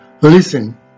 listen